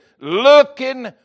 looking